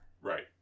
Right